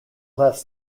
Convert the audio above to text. less